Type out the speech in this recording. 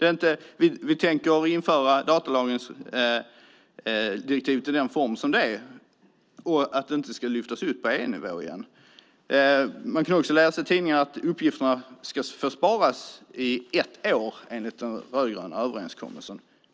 man tänker införa datalagringsdirektivet som det är och att det inte ska lyftas upp på EU-nivå igen. Man kan också läsa i tidningen att uppgifterna ska få sparas i ett år enligt den rödgröna överenskommelsen.